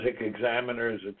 examiners